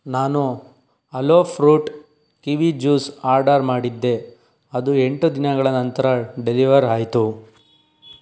ನಾನು aloe fruit kiwi juice order ಮಾಡಿದ್ದೆ ಅದು ಎಂಟು ದಿನಗಳ ನಂತರ ಡೆಲಿವರ್ ಆಯಿತು